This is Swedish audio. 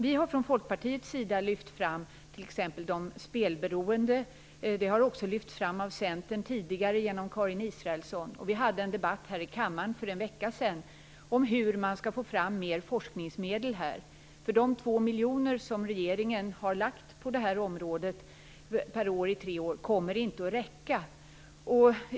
Vi har från Folkpartiets sida t.ex. lyft fram de spelberoende. Det har också lyfts fram av Centern tidigare genom Karin Israelsson. Vi hade en debatt i kammaren för en vecka sedan om hur man skall få fram mer forskningsmedel. De två miljoner kronor per år i tre år som regeringen har föreslagit på det här området kommer inte att räcka.